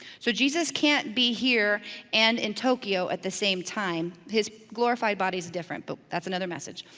so jesus can't be here and in tokyo at the same time. his glorified body's different, but that's another message.